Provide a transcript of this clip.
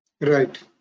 Right